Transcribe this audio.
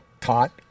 taught